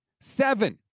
Seven